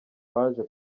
baje